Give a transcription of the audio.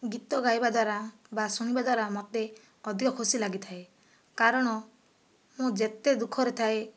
ଗୀତ ଗାଇବା ଦ୍ୱାରା ବା ଶୁଣିବା ଦ୍ୱାରା ମୋତେ ଅଧିକ ଖୁସି ଲାଗିଥାଏ କାରଣ ମୁଁ ଯେତେ ଦୁଃଖରେ ଥାଏ